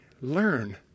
learn